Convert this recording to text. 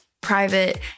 private